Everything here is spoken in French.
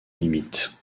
limite